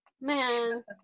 man